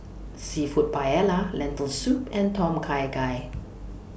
Seafood Paella Lentil Soup and Tom Kha Gai